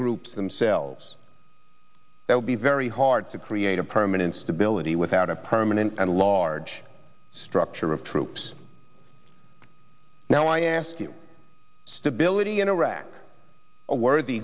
groups themselves that would be very hard to create a permanent stability without a permanent and large structure of troops now i asked you stability in iraq a worthy